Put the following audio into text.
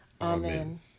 amen